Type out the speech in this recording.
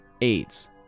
AIDS